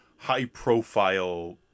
High-profile